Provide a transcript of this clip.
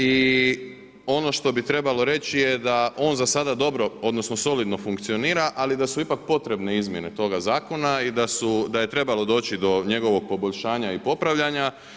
I ono što bi trebalo reći je da on za sada dobro odnosno solidno funkcionira ali da su ipak potrebne izmjene toga zakona i da je trebalo doći do njegovog poboljšanja i popravljanja.